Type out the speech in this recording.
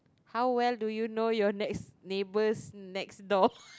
how well do you know your next neighbours next door